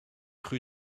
rue